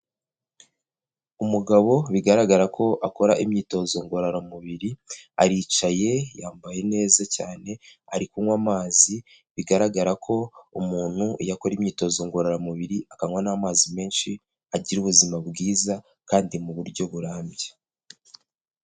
Umugabo bigaragara ko akora imyitozo ngororamubiri, aricaye, yambaye neza cyane, ari kunywa amazi, bigaragara ko umuntu iyo akora imyitozo ngororamubiri, akanywa n'amazi menshi, agira ubuzima bwiza kandi mu buryo burambye.